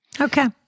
Okay